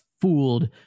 fooled